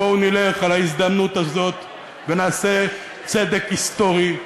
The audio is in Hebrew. בואו נלך על ההזדמנות הזאת ונעשה צדק היסטורי,